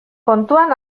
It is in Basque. kontuan